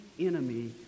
Enemy